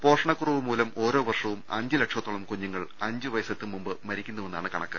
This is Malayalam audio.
പോഷണക്കുറവ് മൂലം ഓരോ വർഷവും അഞ്ച് ലക്ഷത്തോളം കുഞ്ഞുങ്ങൾ അഞ്ചു വയസ്സെത്തുംമുമ്പ് മരിക്കുന്നുവെന്നാണ് കണക്ക്